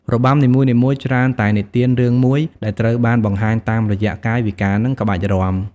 របាំនីមួយៗច្រើនតែនិទានរឿងមួយ ដែលត្រូវបានបង្ហាញតាមរយៈកាយវិការ និងក្បាច់រាំ។